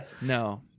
no